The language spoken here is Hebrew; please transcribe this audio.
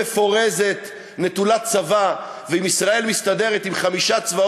מפורזת, נטולת צבא, ואם ישראל מסתדרת עם חמישה,